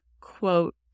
quote